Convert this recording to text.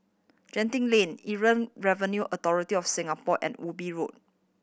Genting Lane Inland Revenue Authority of Singapore and Ubi Road